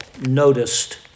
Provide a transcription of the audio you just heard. noticed